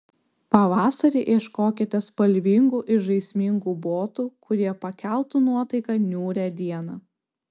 pavasarį ieškokite spalvingų ir žaismingų botų kurie pakeltų nuotaiką niūrią dieną